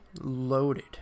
loaded